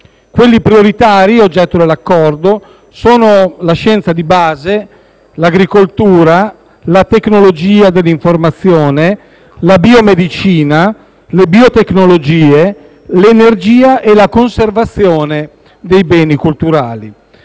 settori prioritari oggetto dell'Accordo sono la scienza di base, l'agricoltura, la tecnologia dell'informazione, la biomedicina, le biotecnologie, l'energia e la conservazione dei beni culturali.